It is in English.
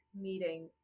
meeting